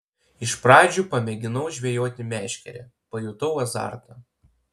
iš pradžių pamėginau žvejoti meškere pajutau azartą